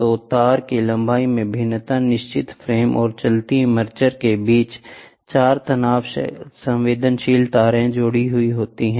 तो तार की लंबाई में भिन्नता निश्चित फ्रेम और चलती आर्मेचर के बीच चार तनाव संवेदनशील तार जुड़े हुए हैं